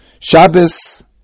Shabbos